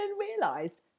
realised